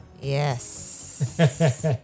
Yes